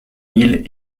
mille